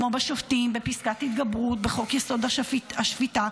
כמו בשופטים, בפסקת התגברות, בחוק-יסוד: השפיטה.